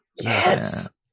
Yes